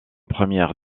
première